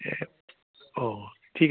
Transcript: অঁ ঠিক আছে